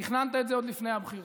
תכננת את זה עוד לפני הבחירות.